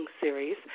Series